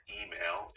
email